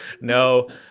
No